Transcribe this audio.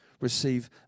receive